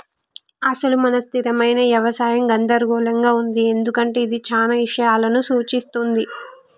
అసలు మన స్థిరమైన యవసాయం గందరగోళంగా ఉంది ఎందుకంటే ఇది చానా ఇషయాలను సూఛిస్తుంది